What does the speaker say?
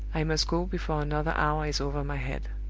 i must go before another hour is over my head.